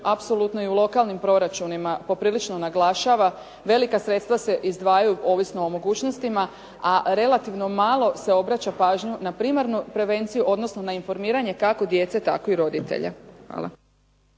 apsolutno i u lokalnim proračunima poprilično naglašava. Velika sredstva se izdvajaju ovisno o mogućnostima, a relativno malo se obraća pažnju na primarnu prevenciju, odnosno na informiranje kako djece tako i roditelja. Hvala.